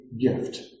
gift